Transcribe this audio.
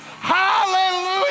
hallelujah